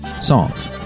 songs